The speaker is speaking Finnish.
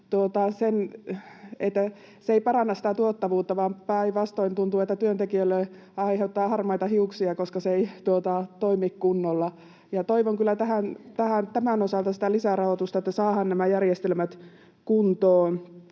se ei paranna tuottavuutta, vaan päinvastoin tuntuu, että työntekijöille aiheutetaan harmaita hiuksia, koska se ei toimi kunnolla. Toivon kyllä tämän osalta lisärahoitusta, niin että saadaan nämä järjestelmät kuntoon.